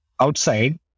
outside